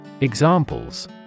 Examples